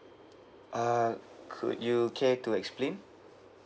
uh could you care to explain